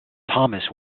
thomas